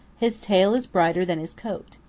his tail is brighter than his coat.